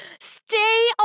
Stay